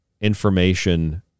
information